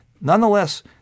Nonetheless